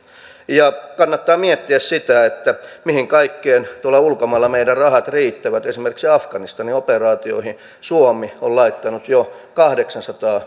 kannattaa miettiä sitä mihin kaikkeen tuolla ulkomailla meidän rahat riittävät esimerkiksi afganistanin operaatioihin suomi on laittanut jo kahdeksansataa